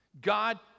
God